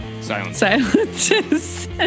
silence